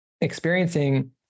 experiencing